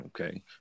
Okay